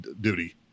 duty